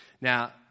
Now